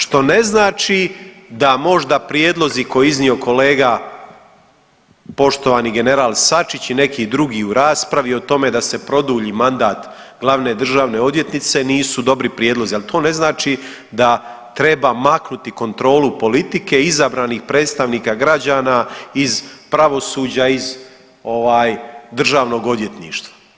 Što ne znači da možda prijedlozi koje je iznio kolega poštovani general Sačić i neki drugi u raspravi o tome da se produlji mandat glavne državne odvjetnice nisu dobri prijedlozi, ali to ne znači da treba maknuti kontrolu politike izabranih predstavnika građana iz pravosuđa, iz ovaj državnog odvjetništva.